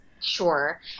Sure